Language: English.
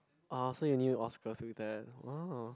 orh so you knew Oscar through that orh